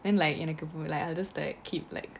and like எனக்குவந்து: ennakku vandhu I just like keep like